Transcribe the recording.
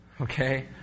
Okay